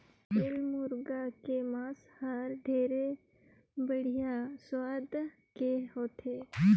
असेल मुरगा के मांस हर ढेरे बड़िहा सुवाद के होथे